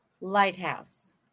lighthouse